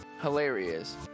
hilarious